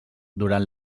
durant